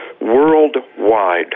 Worldwide